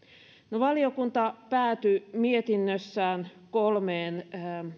no valiokunta päätyi mietinnössään kolmeen